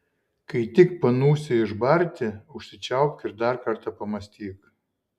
kai tik panūsi išbarti užsičiaupk ir dar kartą pamąstyk